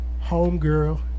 homegirl